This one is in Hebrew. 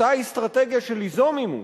אותה אסטרטגיה של ליזום עימות,